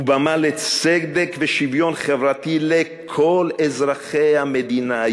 ובמה לצדק ושוויון חברתי לכל אזרחי המדינה,